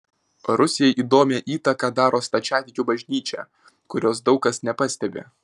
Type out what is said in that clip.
rusijai įdomią įtaką daro stačiatikių bažnyčia kurios daug kas nepastebi